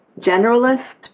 generalist